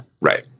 Right